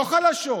לא חלשות.